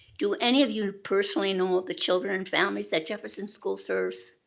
do any of you personally know the children and families that jefferson school serves,